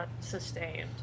sustained